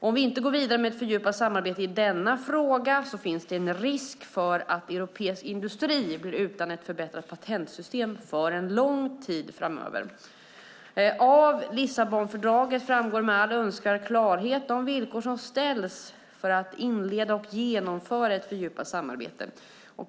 Om vi inte går vidare med ett fördjupat samarbete i denna fråga finns det en risk för att europeisk industri blir utan ett förbättrat patentsystem för en lång tid framöver. Av Lissabonfördraget framgår med all önskvärd klarhet de villkor som ställs för att inleda och genomföra ett fördjupat samarbete.